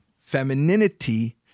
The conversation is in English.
femininity